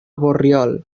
borriol